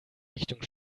richtung